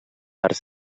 arts